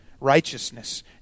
righteousness